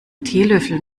teelöffel